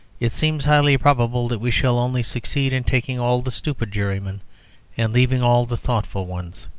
it seems highly probable that we shall only succeed in taking all the stupid jurymen and leaving all the thoughtful ones.